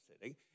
sitting